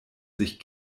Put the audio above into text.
sich